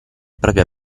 propria